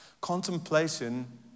Contemplation